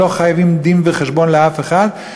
והם לא חייבים דין-וחשבון לאף אחד,